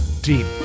deep